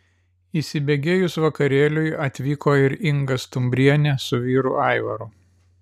įsibėgėjus vakarėliui atvyko ir inga stumbrienė su vyru aivaru